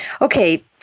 Okay